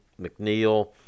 McNeil